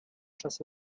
czas